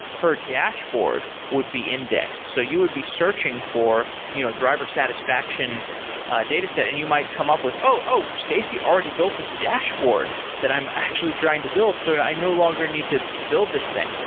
her dashboard would be index. so you would be searching for you know driver satisfaction dataset and you might come up with, oh! stacey already built this dashboard that i'm actually trying to build. so i no longer need to to build this thing.